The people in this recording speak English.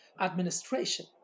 administration